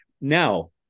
now